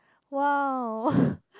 !wow!